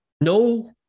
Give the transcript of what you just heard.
no